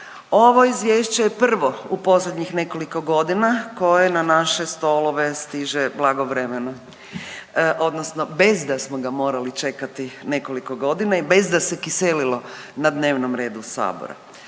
ovo izvješće je prvo u posljednjih nekoliko godina koje na naše stolove stiže blagovremeno, odnosno bez da smo ga morali čekati nekoliko godina i bez da se kiselilo na dnevnom redu Sabora.